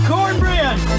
Cornbread